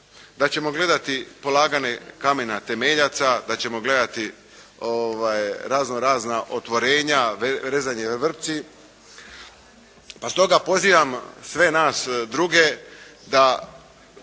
da ćemo gledati polaganje kamena temeljaca, da ćemo gledati razno razna otvorenja, rezane vrpci. Pa stoga pozivam sve nas druge